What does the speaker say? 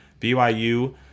BYU